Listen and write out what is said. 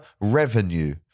revenue